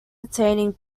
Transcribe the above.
attaining